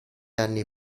anni